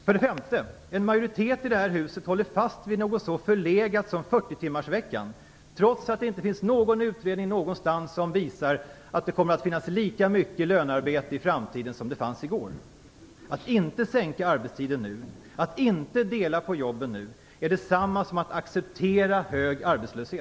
För det femte: En majoritet i detta hus håller fast vid något så förlegat som 40-timmarsveckan trots att det inte finns någon utredning någonstans som visar att det kommer att finnas lika mycket lönearbete i framtiden som det fanns i går. Att inte sänka arbetstiden nu, att inte dela på jobben nu, är detsamma som att acceptera hög arbetslöshet.